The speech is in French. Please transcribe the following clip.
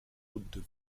route